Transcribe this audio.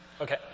Okay